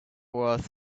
worth